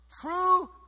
True